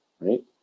right